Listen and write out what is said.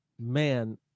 man